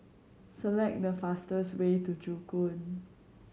select the fastest way to Joo Koon